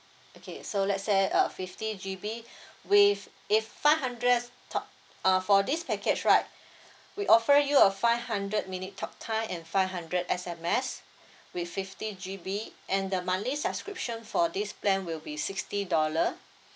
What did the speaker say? okay so let's say uh fifty G_B with if five hundred talk uh for this package right we offer you a five hundred minute talk time and five hundred S_M_S with fifty G_B and the monthly subscription for this plan will be sixty dollar